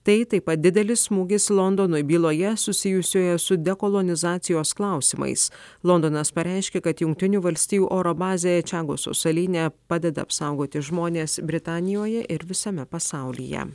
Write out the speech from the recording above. tai taip pat didelis smūgis londonui byloje susijusioje su dekolonizacijos klausimais londonas pareiškė kad jungtinių valstijų oro bazėje čiagoso salyne padeda apsaugoti žmones britanijoje ir visame pasaulyje